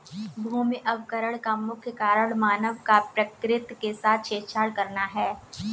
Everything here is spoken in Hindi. भूमि अवकरण का मुख्य कारण मानव का प्रकृति के साथ छेड़छाड़ करना है